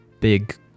big